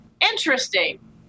Interesting